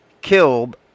killed